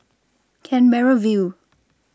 Canberra View